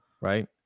right